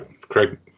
Craig